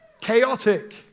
chaotic